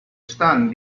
stand